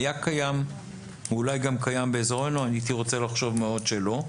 היה קיים ואולי גם קיים באזורנו למרות שהייתי מאוד רוצה לחשוב שלא.